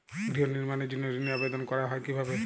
গৃহ নির্মাণের জন্য ঋণের আবেদন করা হয় কিভাবে?